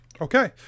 Okay